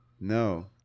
no